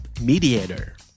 mediator